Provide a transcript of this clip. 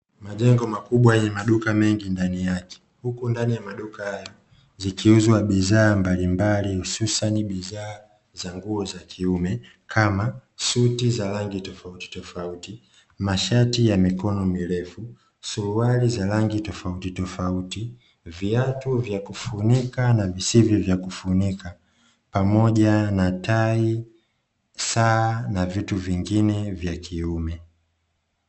Majengo makubwa yenye maduka mengi ndani yake, huku ndani ya maduka hayo zikiuzwa bidhaa mbalimbali hususani bidhaa za nguo za kiume kama; suti za rangi tofautitofauti, mashati ya mikono mirefu, suruali za rangi tofautitofauti, viatu vya kufunika na visivyo vya kufunika pamoja na tai, saa na vitu vingine vya kiume.